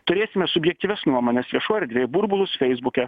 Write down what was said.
turėsime subjektyvias nuomones viešoj erdvėj burbulus feisbuke